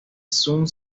sung